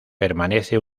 permanece